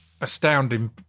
astounding